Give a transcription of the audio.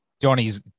Johnny's